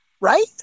Right